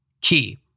key